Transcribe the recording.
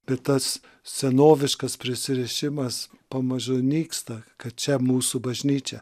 bet tas senoviškas prisirišimas pamažu nyksta kad čia mūsų bažnyčia